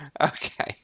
okay